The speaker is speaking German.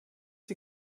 die